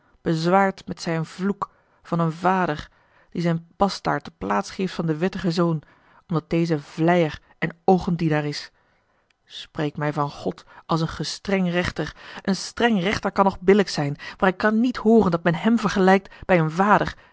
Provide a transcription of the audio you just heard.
bezwaard met zijn vloek van een vader die zijn bastaard de plaats geeft van den wettigen zoon omdat deze vleier en oogendienaar is spreek mij van god als een gestreng rechter een streng rechter kan nog billijk zijn maar ik kan niet hooren dat men hem vergelijkt bij een vader